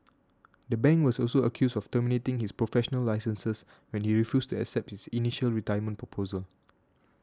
the bank was also accused of terminating his professional licenses when you refused to accept its initial retirement proposal